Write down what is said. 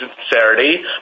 sincerity